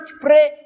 pray